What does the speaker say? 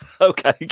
Okay